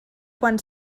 quan